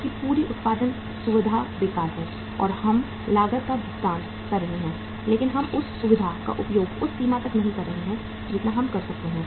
आपकी पूरी उत्पादन सुविधा बेकार है और हम लागत का भुगतान कर रहे हैं लेकिन हम उस सुविधा का उपयोग उस सीमा तक नहीं कर रहे हैं जितना हम कर सकते थे